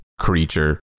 creature